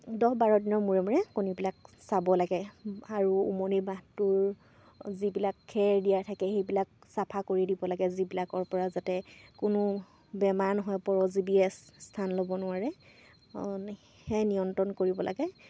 দহ বাৰ দিনৰ মূৰে মূৰে কণীবিলাক চাব লাগে আৰু উমনি বাঁহটোৰ যিবিলাক খেৰ দিয়া থাকে সেইবিলাক চাফা কৰি দিব লাগে যিবিলাকৰপৰা যাতে কোনো বেমাৰ নহয় পৰজীৱীয়ে স্থান ল'ব নোৱাৰে সেয়ে নিয়ন্ত্ৰণ কৰিব লাগে